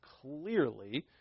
clearly